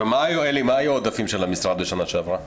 עלי, מה היו העודפים של המשרד לשנה שעברה?